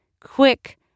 quick